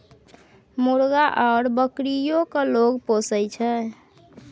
मुर्गा आउर बकरीयो केँ लोग पोसय छै